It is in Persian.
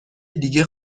دیگه